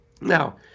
Now